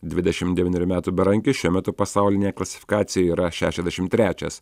dvidešim devyerių metų berankis šiuo metu pasaulinėj klasifikacijoje yra šešiasdešim trečias